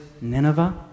Nineveh